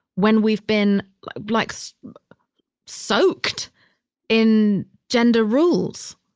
when we've been like so soaked in gender rules?